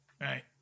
right